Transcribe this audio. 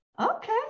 Okay